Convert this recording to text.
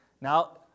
Now